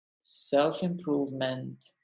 self-improvement